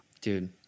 Dude